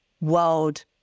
world